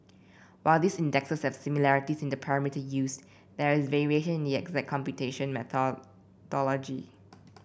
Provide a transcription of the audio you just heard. while these indexes similarities in the parameters used there is variation in the exact computation methodology